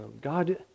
God